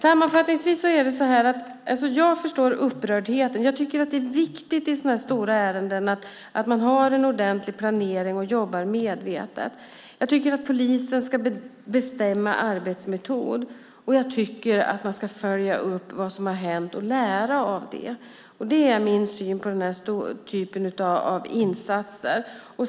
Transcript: Sammanfattningsvis är det så här: Jag förstår upprördheten. Jag tycker att det är viktigt i sådana här stora ärenden att man har en ordentlig planering och jobbar medvetet. Jag tycker att polisen ska bestämma arbetsmetod, och jag tycker att man ska följa upp vad som har hänt och lära av det. Det är min syn på den här typen av insatser.